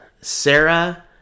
Sarah